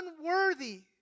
unworthy